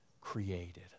created